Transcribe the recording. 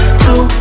two